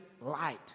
light